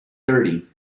thirty